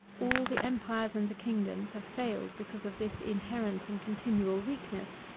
all the empires and the kingdoms have failed because of this inherent and continual weakness,